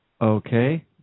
Okay